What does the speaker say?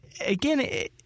Again